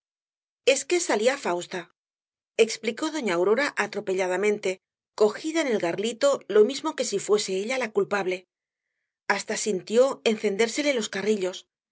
es que salía fausta explicó doña aurora atropelladamente cogida en el garlito lo mismo que si fuese ella la culpable hasta sintió encendérsele los carrillos